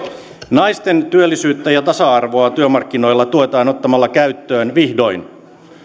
naisten työllisyyttä ja tasa arvoa työmarkkinoilla tuetaan ottamalla käyttöön vihdoin